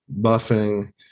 buffing